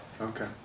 Okay